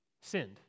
sinned